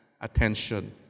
attention